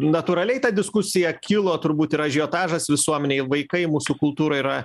natūraliai ta diskusija kilo turbūt ir ažiotažas visuomenėj ir vaikai mūsų kultūra yra